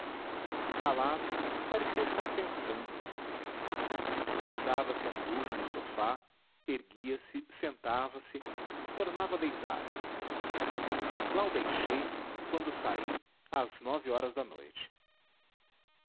calado parecia estar pensando voltava-se a miúdo no sofá erguia-se sentava-se tornava a deitar-se lá o deixei quando saí às nove horas da noite